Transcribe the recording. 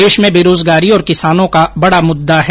देश में बेरोजगारी और किसानों का बडा मुद्दा है